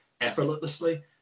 effortlessly